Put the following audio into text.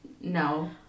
No